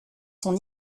son